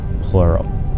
Plural